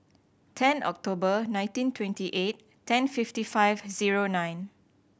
ten October nineteen twenty eight ten fifty five zero nine